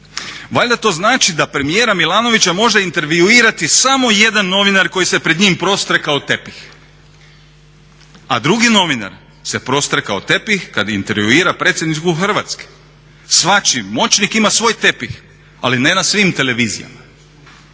Valjda to znači da premijera Milanovića može intervjuirati samo jedan novinar koji se pred njim prostre kao tepih a drugi novinar se prostre kao tepih kada intervjuira predsjednicu Hrvatske. Svačiji moćnik ima svoj tepih ali ne na svim televizijama.